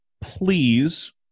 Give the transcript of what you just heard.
Please